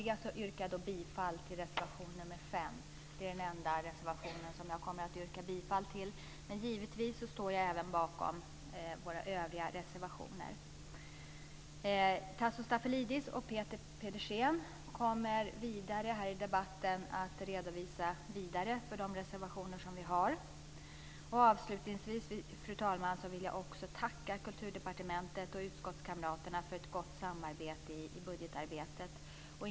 Jag yrkar bifall till reservation nr 5. Det är den enda reservation som jag yrkar bifall till, men givetvis står jag bakom även våra övriga reservationer. Tasso Stafilidis och Peter Pedersen kommer i debatten att vidare redovisa för våra reservationer. Avslutningsvis, fru talman, vill jag tacka Kulturdepartementet och utskottskamraterna för ett gott samarbete i budgetarbetet.